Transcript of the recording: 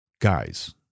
guys